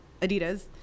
adidas